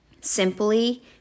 simply